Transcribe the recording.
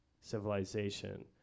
civilization